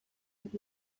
hitz